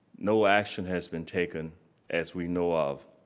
no action has been taken as we know of.